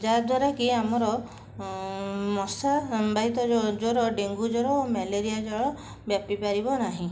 ଯାହାଦ୍ୱାରା କି ଆମର ମଶା ବାହିତ ଯେଉଁ ଜ୍ୱର ଡେଙ୍ଗୁ ଜ୍ୱର ଓ ମ୍ୟାଲେରିଆ ଜ୍ୱର ବ୍ୟାପି ପାରିବ ନାହିଁ